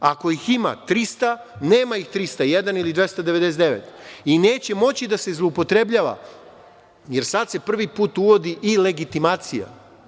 Ako ih ima 300, nema ih 301 ili 299, i neće moći da se zloupotrebljava, jer sad se prvi put uvodi i legitimacija.